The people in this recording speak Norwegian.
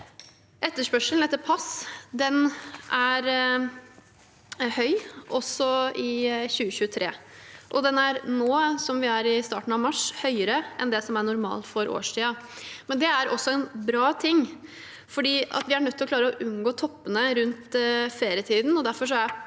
Etterspørselen etter pass er høy også i 2023. Nå i starten av mars er den høyere enn det som er normalt for årstiden. Det er også en bra ting, for vi er nødt til å klare å unngå toppene rundt ferietiden. Derfor er